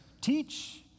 Teach